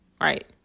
right